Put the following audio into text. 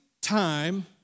time